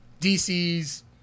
DC's